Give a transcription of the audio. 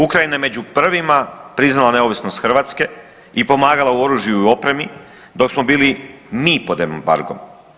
Ukrajina je među prvima priznala neovisnost Hrvatske i pomagala u oružju i opremi dok smo bili mi pod embargom.